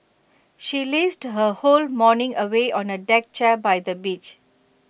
she lazed her whole morning away on A deck chair by the beach